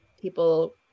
people